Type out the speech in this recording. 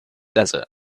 desert